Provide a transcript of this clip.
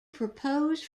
proposed